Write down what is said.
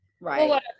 Right